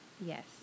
Yes